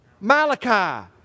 Malachi